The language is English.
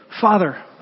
Father